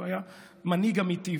הוא היה מנהיג אמיתי,